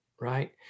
right